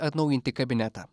atnaujinti kabinetą